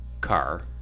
car